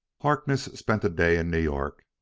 harkness spent a day in new york.